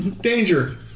Danger